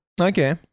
Okay